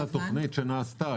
זאת הצגת התכנית שנעשתה.